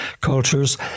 cultures